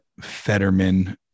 Fetterman